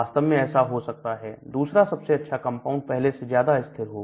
वास्तव में ऐसा हो सकता है दूसरा सबसे अच्छा कंपाउंड पहले से ज्यादा स्थिर हो